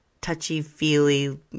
touchy-feely